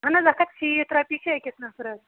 اہن حظ اَکھ ہَتھ شیٖتھ رۄپیہٕ چھِ أکِس نَفرَس